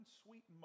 sweet